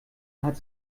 hat